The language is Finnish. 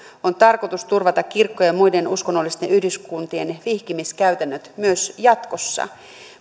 on tarkoitus turvata kirkkojen ja muiden uskonnollisten yhdyskuntien vihkimiskäytännöt myös jatkossa